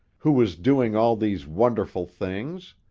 who was doing all these wonderful things!